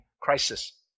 crisis